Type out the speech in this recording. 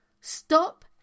Stop